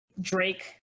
Drake